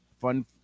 fun